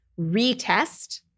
retest